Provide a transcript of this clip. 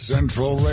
Central